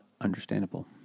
Understandable